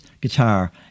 guitar